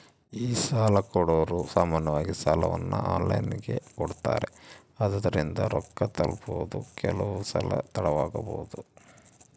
ಈ ಸಾಲಕೊಡೊರು ಸಾಮಾನ್ಯವಾಗಿ ಸಾಲವನ್ನ ಆನ್ಲೈನಿನಗೆ ಕೊಡುತ್ತಾರೆ, ಆದುದರಿಂದ ರೊಕ್ಕ ತಲುಪುವುದು ಕೆಲವುಸಲ ತಡವಾಬೊದು